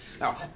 Now